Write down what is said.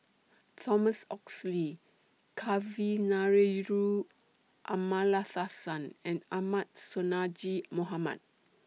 Thomas Oxley Kavignareru Amallathasan and Ahmad Sonhadji Mohamad